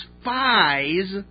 spies